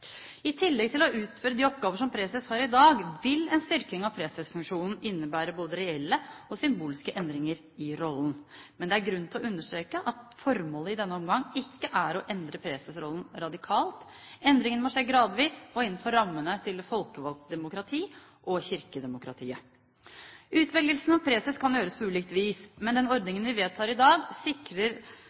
I tillegg til utførelsen av de oppgaver som preses har i dag, vil en styrking av presesfunksjonen innebære både reelle og symbolske endringer i rollen. Men det er grunn til å understreke at formålet i denne omgang ikke er å endre presesrollen radikalt. Endringen må skje gradvis og innenfor rammene til det folkevalgte demokrati og kirkedemokratiet. Utvelgelsen av preses kan gjøres på ulikt vis. Den ordningen vi vedtar i dag, sikrer